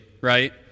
right